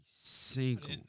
single